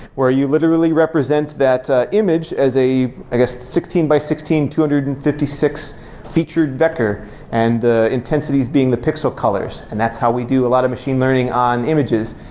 where you literally represent that image as a, i guess sixteen by sixteen, two hundred and fifty six featured becker and intensities being the pixel colors, and that's how we do a lot of machine learning on images.